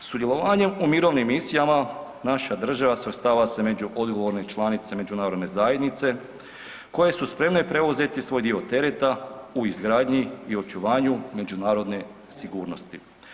Sudjelovanjem u mirovnim misijama naša država svrstava se među odgovorne članice međunarodne zajednice koje su spremne preuzeti svoj dio tereta u izgradnji i očuvanju međunarodne sigurnosti.